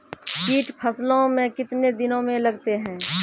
कीट फसलों मे कितने दिनों मे लगते हैं?